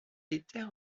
était